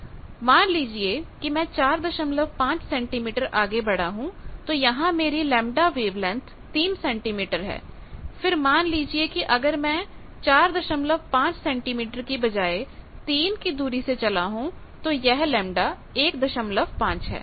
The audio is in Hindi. मान लीजिए कि मैं 45 सेंटीमीटर आगे बढ़ा हूं तो यहां मेरीλ वेवलेंथ 3 सेंटीमीटर है फिर मान लीजिए कि अगर मैं 45 सेंटीमीटर की बजाए तीन की दूरी से चला हूं तो यह λ 15 है